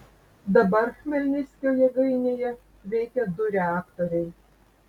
dabar chmelnickio jėgainėje veikia du reaktoriai